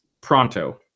pronto